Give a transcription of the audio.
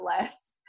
less